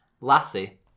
lassie